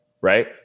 Right